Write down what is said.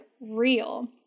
real